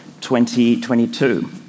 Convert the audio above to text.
2022